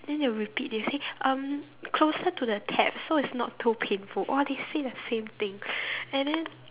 then they will repeat they will say um closer to the tap so it's not too painful !wah! they say the same thing and then